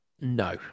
no